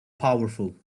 powerful